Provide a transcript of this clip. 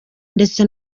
ndetse